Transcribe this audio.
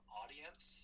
audience